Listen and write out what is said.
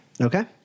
Okay